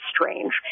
strange